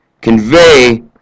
Convey